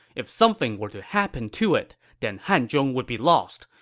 if something were to happen to it, then hanzhong would be lost.